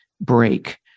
break